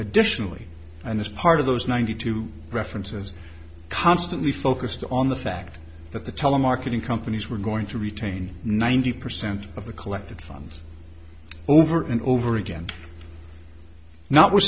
additionally and as part of those ninety two references constantly focused on the fact that the telemarketing companies were going to retain ninety percent of the collected funds over and over again now we're